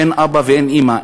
אין אבא ואין אימא,